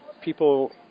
people